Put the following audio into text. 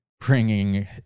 bringing